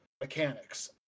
mechanics